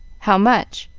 how much?